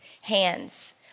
hands